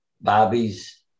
Bobby's